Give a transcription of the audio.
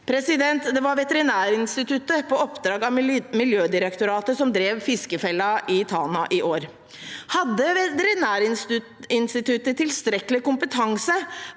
Det var Veterinærinstituttet, på oppdrag fra Miljødirektoratet, som drev fiskefellen i Tana i år. Hadde Veterinærinstituttet tilstrekkelig kompetanse